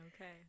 Okay